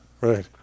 Right